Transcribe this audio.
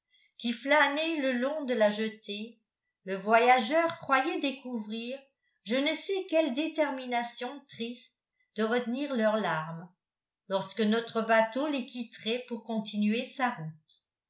qui flânaient le long de la jetée le voyageur croyait découvrir je ne sais quelle détermination triste de retenir leurs larmes lorsque notre bateau les quitterait pour continuer sa route